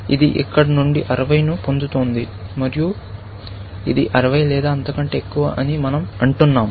ఇది ఇక్కడ నుండి 60 ను పొందుతోంది మరియు ఇది 60 లేదా అంతకంటే ఎక్కువ అని మనం అంటున్నాము